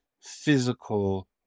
physical